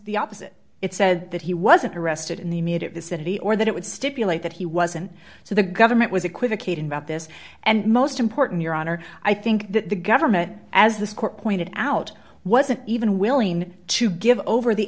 the opposite it said that he wasn't arrested in the immediate vicinity or that it would stipulate that he wasn't so the government was equivocating about this and most important your honor i think that the government as this court pointed out wasn't even willing to give over the